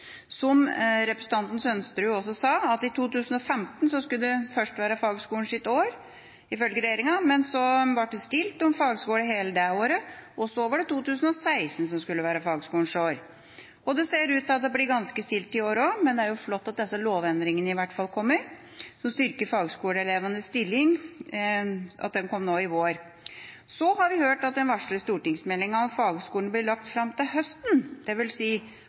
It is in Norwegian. Som representanten Sønsterud også sa, skulle det først være 2015 som var fagskolenes år, ifølge regjeringa, men det var stille om fagskolene hele det året. Så var det 2016 som skulle være fagskolenes år. Det ser ut til at det blir ganske stille i år også, men det er flott at disse lovendringene som styrker fagskoleelevenes stilling, kom nå i vår. Så har vi hørt at den varslede stortingsmeldinga om fagskolene blir lagt fram til høsten,